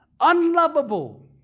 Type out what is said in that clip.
unlovable